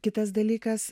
kitas dalykas